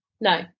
no